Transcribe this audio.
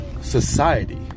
society